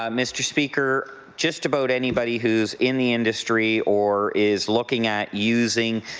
um mr. speaker, just about anybody who is in the industry or is looking at using